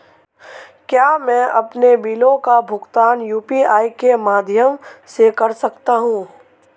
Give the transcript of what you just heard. क्या मैं अपने बिलों का भुगतान यू.पी.आई के माध्यम से कर सकता हूँ?